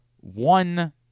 one